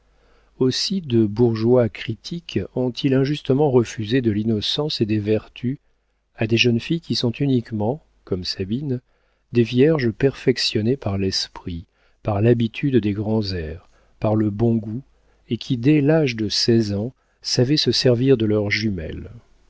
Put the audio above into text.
aussi de bourgeois critiques ont-ils injustement refusé de l'innocence et des vertus à des jeunes filles qui sont uniquement comme sabine des vierges perfectionnées par l'esprit par l'habitude des grands airs par le bon goût et qui dès l'âge de seize ans savaient se servir de leurs jumelles